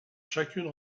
chacune